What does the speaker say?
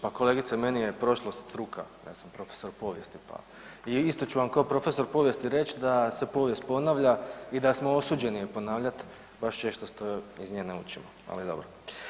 Pa kolege meni je prošlost struka, ja sam profesor povijesti, pa i isto ću vam kao profesor povijesti reći da se povijest ponavlja i da smo osuđeni ponavljati baš često što iz nje ne učimo, ali dobro.